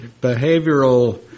behavioral